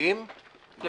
העסקיים להיות